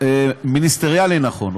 מיניסטריאלי נכון.